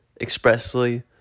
expressly